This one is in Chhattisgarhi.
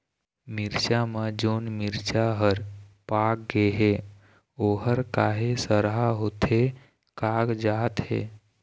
मिरचा म जोन मिरचा हर पाक गे हे ओहर काहे सरहा होथे कागजात हे?